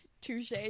Touche